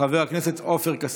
חבר הכנסת עופר כסיף,